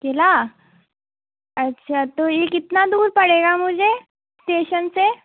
क़िला अच्छा तो ये कितना दूर पड़ेगा मुझे इस्टेशन से